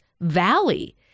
valley